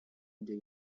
into